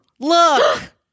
Look